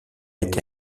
été